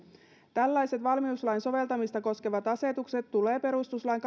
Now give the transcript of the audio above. tällaiset valmiuslain soveltamista koskevat asetukset tulee perustuslain